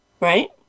Right